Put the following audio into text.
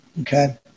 Okay